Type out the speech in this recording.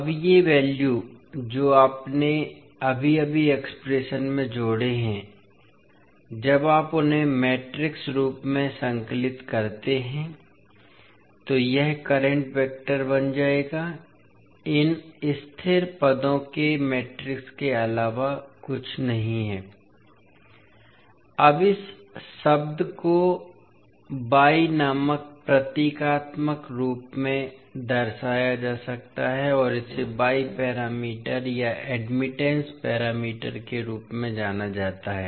अब ये वैल्यू जो आपने अभी अभी एक्सप्रेशन में जोड़े हैं जब आप उन्हें मैट्रिक्स रूप में संकलित करते हैं तो यह करंट वेक्टर बन जाएगा इन स्थिर पदों के मैट्रिक्स के अलावा कुछ नहीं है अब इस शब्द को Y नामक प्रतीकात्मक रूप में दर्शाया जा सकता है और इसे y पैरामीटर या एडमिटेंस पैरामीटर के रूप में जाना जाता है